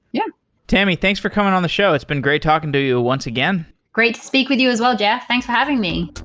yeah tammy, thanks for coming on the show. it's been great talking to you once again great to speak with you as well, jeff. thanks for having me